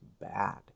bad